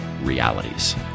realities